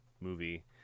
movie